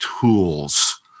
tools